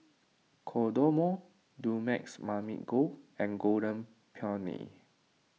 Kodomo Dumex Mamil Gold and Golden Peony